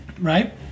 right